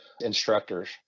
instructors